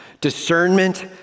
Discernment